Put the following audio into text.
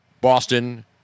Boston